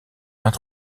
vingt